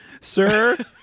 Sir